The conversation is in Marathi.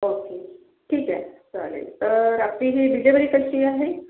ओके ठीक आहे चालेल तर आपली ही डिलेव्हरी कशी आहे